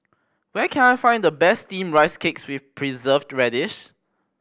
where can I find the best Steamed Rice Cake with Preserved Radish